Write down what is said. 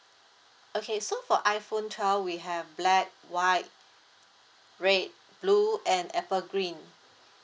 okay so for iPhone twelve we have black white red blue and Apple green